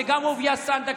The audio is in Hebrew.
זה גם אהוביה סנדק,